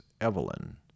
Evelyn